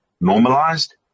normalized